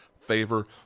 favor